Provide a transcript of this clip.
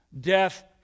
death